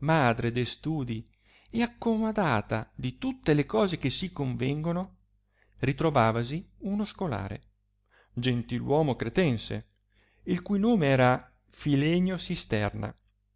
madre de studi e accomodata di tutte le cose che si convengono ritrovavasi uno scolare gentiluomo cretense il cui nome era filenio sistema